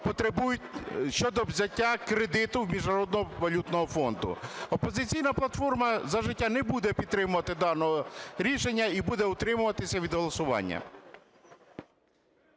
потребують, щодо взяття кредиту в Міжнародного валютного фонду. "Опозиційна платформа - За життя" не буде підтримувати даного рішення і буде утримуватися від голосування.